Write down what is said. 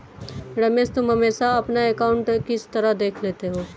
रमेश तुम हमेशा अपना अकांउट किस तरह देख लेते हो?